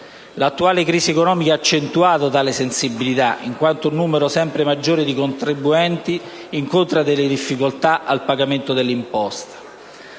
L'attuale crisi economica ha accentuato tale sensibilità, in quanto un numero sempre maggiore di contribuenti incontra delle difficoltà nel pagamento dell'imposta.